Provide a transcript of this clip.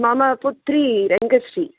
मम पुत्री रङ्गश्री